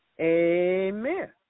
Amen